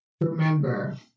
remember